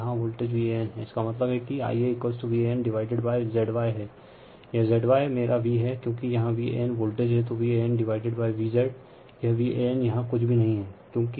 और यहाँ voltage Van है इसका मतलब है कि Ia Van divided by ZY हैयह ZY मेरा V है क्योकि यहाँ Van वोल्टेज हैं तो Van डिवाइडेड बाय Vz यह Van यहाँ कुछ भी नहीं हैं